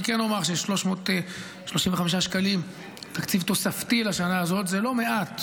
אני כן אומר ש-335 מיליון שקלים תקציב תוספתי לשנה הזאת זה לא מעט,